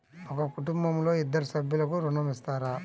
ఒక కుటుంబంలో ఇద్దరు సభ్యులకు ఋణం ఇస్తారా?